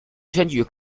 选举